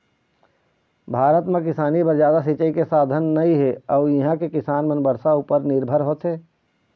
भारत म किसानी बर जादा सिंचई के साधन नइ हे अउ इहां के किसान मन बरसा उपर निरभर होथे